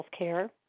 Healthcare